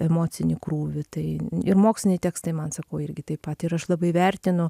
emocinį krūvį tai ir moksliniai tekstai man sakau irgi taip pat ir aš labai vertinu